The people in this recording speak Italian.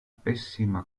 pessima